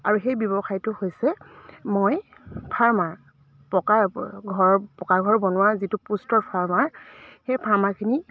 আৰু সেই ব্যৱসায়টো হৈছে মই ফাৰ্মাৰ পকা ঘৰৰ পকা ঘৰ বনোৱাৰ যিটো পুষ্টৰ ফাৰ্মাৰ সেই ফাৰ্মাৰখিনি